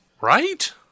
Right